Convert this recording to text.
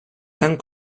temps